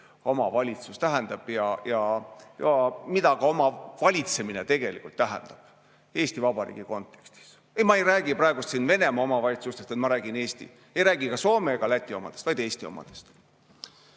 omavalitsus tähendab ja mida ka omavalitsemine tegelikult tähendab Eesti Vabariigi kontekstis. Ei, ma ei räägi praegu siin Venemaa omavalitsustest, ma räägin Eestist. Ei räägi ka Soome ega Läti omadest, vaid Eesti omadest. Tõesti,